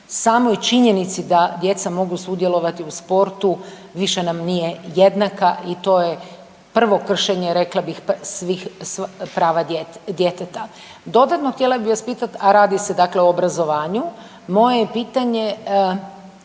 samoj činjenici da djeca mogu sudjelovati u sportu više nam nije jednaka i to je prvo kršenje rekla bih prava djeteta. Dodatno htjela bih vas pitat, a radi se o obrazovanju moje je pitanje